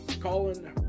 Colin